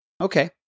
Okay